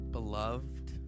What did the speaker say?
Beloved